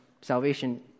salvation